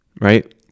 Right